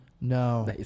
No